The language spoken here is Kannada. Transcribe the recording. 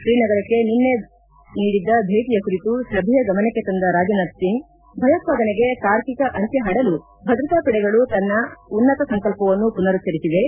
ಶ್ರೀನಗರಕ್ಕೆ ನಿನ್ನೆ ನೀಡಿದ್ದ ಭೇಟಿಯ ಕುರಿತು ಸಭೆಯ ಗಮನಕ್ಕೆ ತಂದ ರಾಜ್ನಾಥ್ ಸಿಂಗ್ ಭಯೋತ್ಪಾದನೆಗೆ ತಾರ್ಕಿಕ ಅಂತ್ವ ಹಾಡಲು ಭದ್ರತಾಪಡೆಗಳು ತಮ್ಮ ಉನ್ನತ ಸಂಕಲ್ಪವನ್ನು ಪುನರುಚ್ಚರಿಸಿವೆ